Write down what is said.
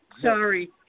Sorry